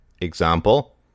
Example